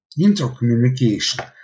intercommunication